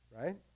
Right